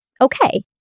okay